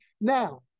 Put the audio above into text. now